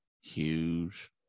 huge